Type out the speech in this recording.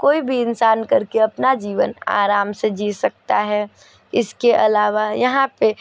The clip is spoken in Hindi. कोई भी इंसान कर के अपना जीवन आराम से जी सकता है इसके अलावा यहाँ पे